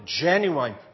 genuine